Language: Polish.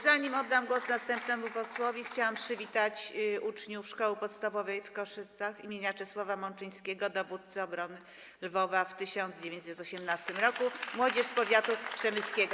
Zanim oddam głos następnemu posłowi, chciałam przywitać uczniów Szkoły Podstawowej w Kaszycach im. Czesława Mączyńskiego, dowódcy obrony Lwowa w 1918 r., młodzież z powiatu przemyskiego.